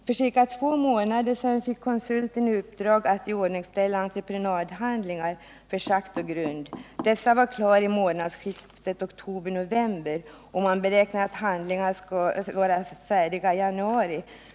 För ungefär två månader sedan fick konsulten i uppdrag att iordningställa entreprenadhandlingar för schakt och grund. Dessa handlingar var klara vid månadsskiftet oktober/november, och man beräknar att projekteringshandlingarna skall bli färdiga till i januari.